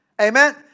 Amen